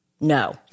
no